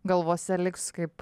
galvose liks kaip